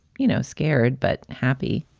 you know, scared but happy